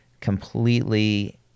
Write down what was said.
completely